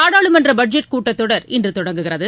நாடாளுமன்றபட்ஜெட் கூட்டத்தொடர் இன்றுதொடங்குகிறது